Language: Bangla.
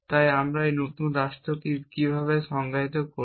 তাই আমরা এই নতুন রাষ্ট্রকে কিভাবে সংজ্ঞায়িত করব